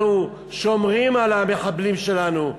אנחנו שומרים על המחבלים שלנו,